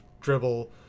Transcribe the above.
dribble